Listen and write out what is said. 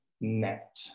net